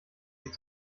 ist